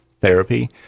therapy